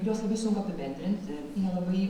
juos labai sunku apibendrinti jie labai